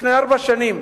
לפני ארבע שנים,